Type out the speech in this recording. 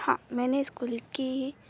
हाँ मैंने स्कूल के